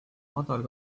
madal